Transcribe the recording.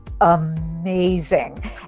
amazing